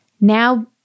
now